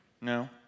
No